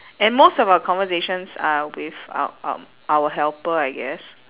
and most of our conversations are with uh um our helper I guess